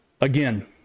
Again